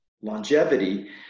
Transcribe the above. longevity